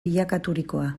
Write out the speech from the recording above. bilakaturikoa